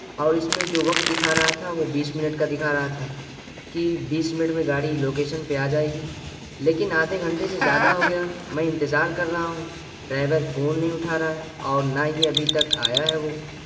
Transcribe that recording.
اور اس میں جو وقت دکھا رہا تھا وہ بیس منٹ کا دکھا رہا تھا کہ بیس منٹ میں گاڑی لوکیشن پہ آ جائے گی لیکن آدھے گھنٹے سے زیادہ ہو گیا میں انتظار کر رہا ہوں ڈرائیور فون نہیں اٹھا رہا ہے اور نہ ہی ابھی تک آیا ہے وہ